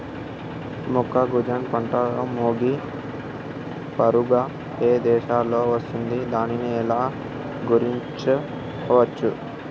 మొక్కజొన్న పంటలో మొగి పురుగు ఏ దశలో వస్తుంది? దానిని ఎలా గుర్తించవచ్చు?